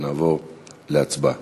ונעבור להצבעה.